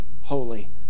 holy